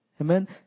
Amen